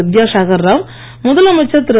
வித்யாசாகர் ராவ் முதலமைச்சர் திரு